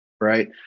right